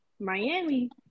Miami